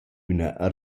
üna